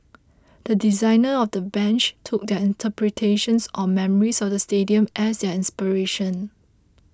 the designers of the bench took their interpretations or memories of the stadium as their inspiration